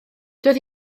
doedd